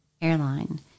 airline